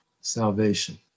salvation